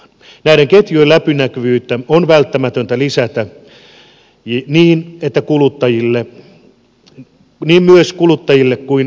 näiden ketjujen läpinäkyvyyttä on välttämätöntä lisätä niin kuluttajille kuin viranomaisillekin